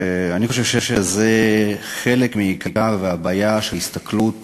אני חושב שזה חלק מהבעיה של הסתכלות